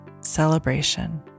celebration